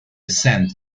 ascend